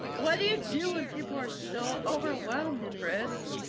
what do you do when people are so overwhelmed, chris,